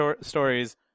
stories